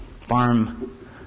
farm